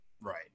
right